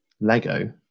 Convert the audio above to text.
Lego